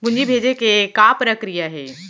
पूंजी भेजे के का प्रक्रिया हे?